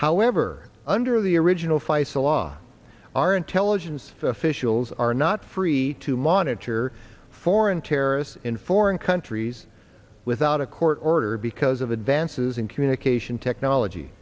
however under the original faisel law our intelligence officials are not free to monitor foreign terrorists in foreign countries without a court order because of advances in communication technology